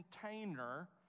container